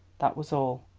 that was all.